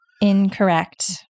Incorrect